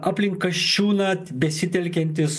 aplink kasčiūną besitelkiantis